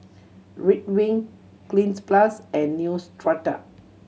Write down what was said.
Ridwind Cleanz Plus and Neostrata